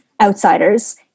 outsiders